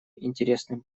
интересным